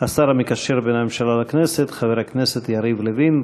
השר המקשר בין הממשלה לכנסת חבר הכנסת יריב לוין.